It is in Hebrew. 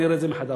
נראה את זה מחדש,